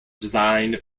designed